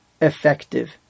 effective